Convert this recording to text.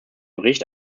bericht